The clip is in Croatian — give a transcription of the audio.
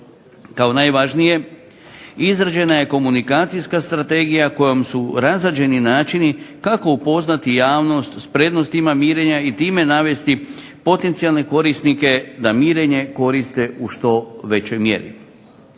Kao najvažnije, izrađena je komunikacijska strategija kojom su razrađeni načini kako upoznati javnost s prednostima mirenja i time navesti potencijalne korisnike da mirenje koriste u što većoj mjeri.